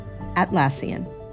Atlassian